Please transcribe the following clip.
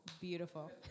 Beautiful